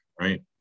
right